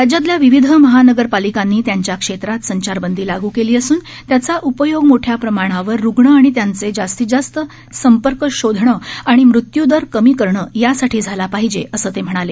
राज्यातल्या विविध महानगरपालिकांनी त्यांच्या क्षेत्रात संचारबंदी लागू केली असून त्याचा उपयोग मोठ्या प्रमाणावर रुग्ण आणि त्यांचे जास्तीत जास्त संपर्क शोधणं आणि मृत्यूदर कमी करणं यासाठी झाला पाहिजे असं ते म्हणाले